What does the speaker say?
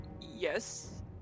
Yes